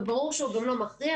וברור שהוא גם לא מכריע,